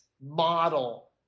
model